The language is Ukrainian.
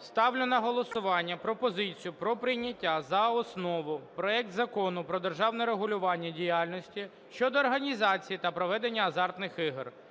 ставлю на голосування пропозицію про прийняття за основу проект Закону про державне регулювання діяльності щодо організації та проведення азартних ігор